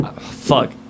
Fuck